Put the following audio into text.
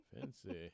Fancy